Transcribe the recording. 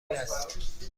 است